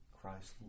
Christ